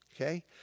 Okay